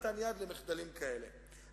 אף אחד לא קם, אף אחד לא בא ואומר: לא,